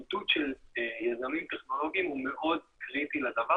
עידוד של יזמים טכנולוגיים הוא מאוד קריטי לדבר